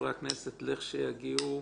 חברי הכנסת לכשיגיעו,